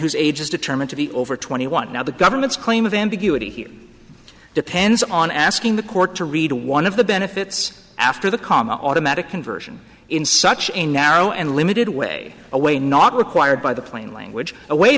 whose age is determined to be over twenty one now the government's claim of ambiguity here depends on asking the court to read one of the benefits after the comma automatic conversion in such a narrow and limited way a way not required by the plain language a way